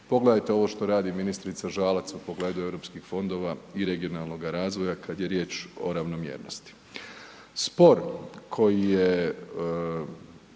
Pogledajte ovo što radi ministrica Žalac u pogledu europskih fondova i regionalnoga razvoja, kada je riječ o ravnomjernosti. Spor koji je,